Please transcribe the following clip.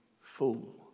fool